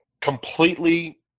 completely